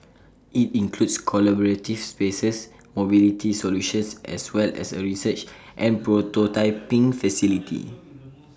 IT includes collaborative spaces mobility solutions as well as A research and prototyping facility